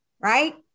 right